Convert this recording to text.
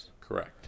Correct